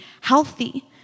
healthy